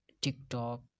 TikTok